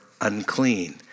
unclean